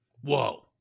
Whoa